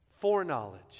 Foreknowledge